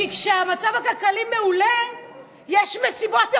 כי כשהמצב הכלכלי מעולה יש מסיבות עיתונאים,